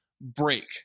break